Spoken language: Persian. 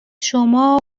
شما